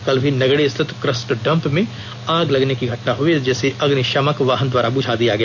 कल भी नगड़ी स्थित क्रस्ट डंप में आग लगने की घटना हुई जिसे अग्निशामक वाहन द्वारा बुझा दिया गया